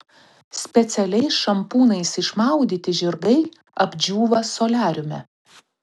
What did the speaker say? specialiais šampūnais išmaudyti žirgai apdžiūva soliariume